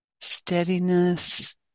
steadiness